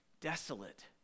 desolate